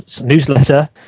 newsletter